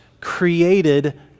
created